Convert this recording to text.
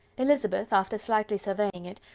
elizabeth, after slightly surveying it,